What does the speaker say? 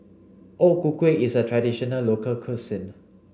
O Ku Kueh is a traditional local cuisine